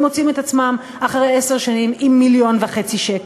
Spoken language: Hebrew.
והם מוצאים את עצמם אחרי עשר שנים עם 1.5 מיליון שקל.